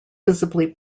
visibly